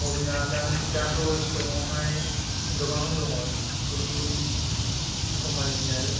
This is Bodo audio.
मबाइलआ दाथ' स्टकआवहाय गोबाङानो दङ गुबुन गुबुन कम्पानिनि आरो